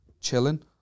chilling